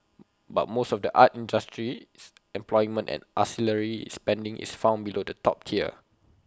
but most of the art industry's employment and ancillary spending is found below the top tier